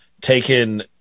taken